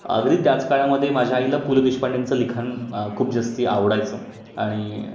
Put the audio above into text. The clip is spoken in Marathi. अगदी त्याच काळामध्ये माझ्या आईला पु ल देशपांडेंचं लिखाण खूप जास्त आवडायचं आणि